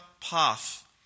path